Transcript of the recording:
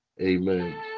Amen